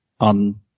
on